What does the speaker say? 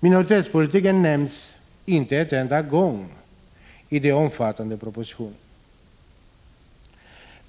Minoritetspolitiken nämns inte en enda gång i den omfattande propositionen.